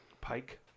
Pike